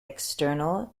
external